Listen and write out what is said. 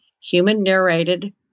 human-narrated